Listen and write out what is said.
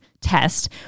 test